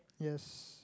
yes